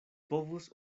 povus